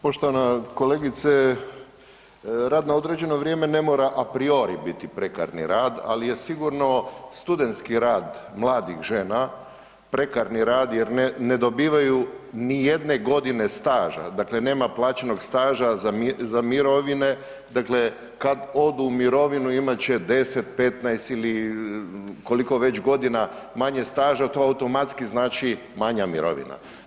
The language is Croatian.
Poštovana kolegice, rad na određeno vrijeme ne mora a priori biti prekarni rad, al je sigurno studentski rad mladih žena prekarni rad jer ne dobivaju ni jedne godine staža, dakle nema plaćenog staža za mirovine, dakle kad odu u mirovinu imat će 10, 15 ili koliko već godina manje staža, to automatski znači manja mirovina.